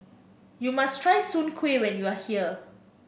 you must try Soon Kway when you are here